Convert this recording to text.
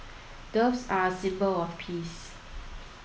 doves are a symbol of peace